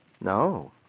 No